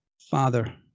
Father